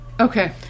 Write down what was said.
Okay